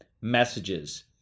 messages